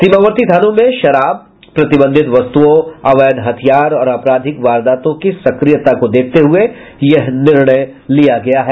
सीमावर्ती थानों में शराब प्रतिबंधित वस्तुओं अवैध हथियार और आपराधिक वारदातों की सक्रियता को देखते हुये यह निर्णय लिया गया है